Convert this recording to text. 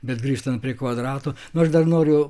bet grįžtant prie kvadrato nu aš dar noriu